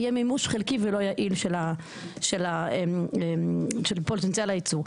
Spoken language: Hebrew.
יהיה מימוש חלקי ולא יעיל של פוטנציאל הייצור.